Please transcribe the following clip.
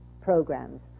programs